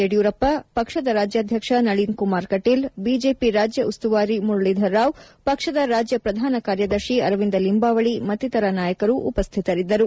ಯಡಿಯೂರಪ್ಪ ಪಕ್ಷದ ರಾಜ್ಯಾಧ್ಯಕ್ಷ ನಳೀನ್ ಕುಮಾರ್ ಕಟೀಲ್ ಬಿಜೆಪಿ ರಾಜ್ಯ ಉಸ್ತುವಾರಿ ಮುರಳಿಧರ್ ರಾವ್ ಪಕ್ಷದ ರಾಜ್ಯ ಪ್ರಧಾನ ಕಾರ್ಯದರ್ಶಿ ಅರವಿಂದ ಲಿಂಬಾವಳಿ ಮತ್ತಿತರ ನಾಯಕರು ಉಪಸ್ಥಿತರಿದ್ದರು